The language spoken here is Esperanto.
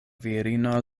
virino